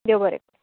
देव बरें करूं